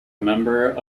member